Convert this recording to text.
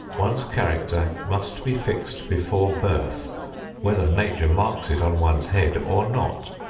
one's character must be fixed before birth whether nature marks it on one's head or not.